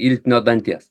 iltinio danties